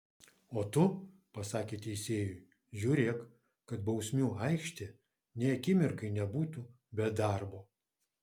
o tu pasakė teisėjui žiūrėk kad bausmių aikštė nė akimirkai nebūtų be darbo